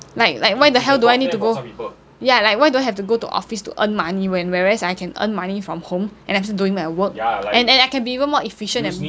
like like why the hell do I need to go ya like why do I have to go to office to earn money when whereas I can earn money from home and I'm still doing my work and and I can be even more efficient and